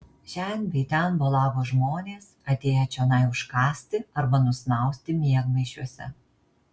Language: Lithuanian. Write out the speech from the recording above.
šen bei ten bolavo žmonės atėję čionai užkąsti arba nusnausti miegmaišiuose